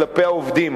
כלפי העובדים.